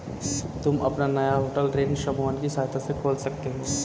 तुम अपना नया होटल ऋण समूहन की सहायता से खोल सकते हो